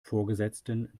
vorgesetzten